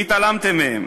והתעלמתם מהם.